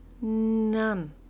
none